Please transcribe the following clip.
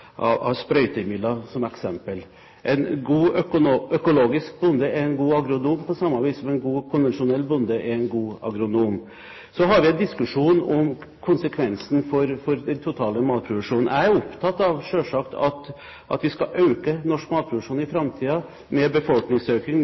bruk av sprøytemidler. En god økologisk bonde er en god agronom, på samme vis som en god konvensjonell bonde er en god agronom. Så har vi en diskusjon om konsekvensen for den totale matproduksjonen. Jeg er selvsagt opptatt av at vi skal øke norsk matproduksjon i framtiden, med befolkningsøkning